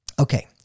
Okay